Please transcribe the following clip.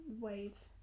waves